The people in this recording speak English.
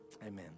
Amen